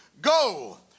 go